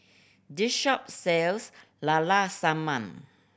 this shop sells la la sanum